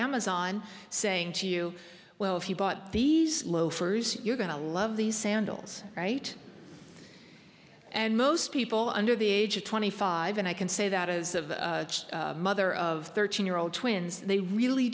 amazon saying to you well if you bought these loafers you're going to love these sandals right and most people under the age of twenty five and i can say that as of the mother of thirteen year old twins they really